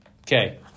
Okay